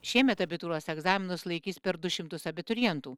šiemet abitūros egzaminus laikys per du šimtus abiturientų